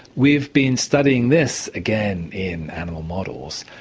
we've been studying this, again in animal models,